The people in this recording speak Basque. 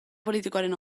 politikoaren